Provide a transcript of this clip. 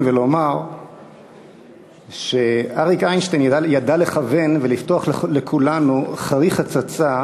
ולומר שאריק איינשטיין ידע לכוון ולפתוח לכולנו חרך הצצה